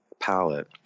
palette